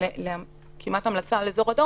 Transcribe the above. פחות או יותר,